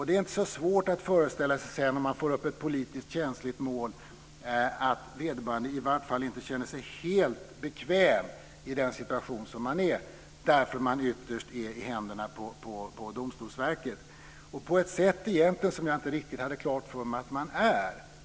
Det är inte så svårt att föreställa sig att vederbörande om man får upp ett politiskt känsligt mål i vart fall inte känner sig helt bekväm i den situation som man befinner sig, därför att man ytterst är i händerna på Domstolsverket på ett sätt som jag egentligen inte riktigt hade klart för mig att man är.